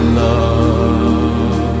love